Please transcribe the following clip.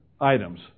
items